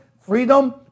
freedom